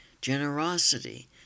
generosity